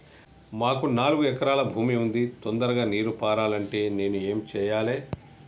మాకు నాలుగు ఎకరాల భూమి ఉంది, తొందరగా నీరు పారాలంటే నేను ఏం చెయ్యాలే?